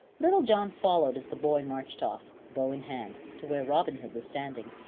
little john followed as the boy marched off, bow in hand, to where robin hood was standing,